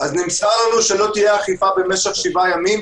אז נמסר לנו שלא תהיה אכיפה שבעה ימים.